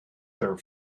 their